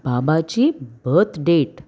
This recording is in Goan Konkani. बाबाची बर्थडेट